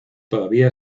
todavía